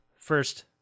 first